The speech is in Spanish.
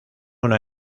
una